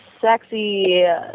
sexy